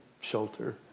shelter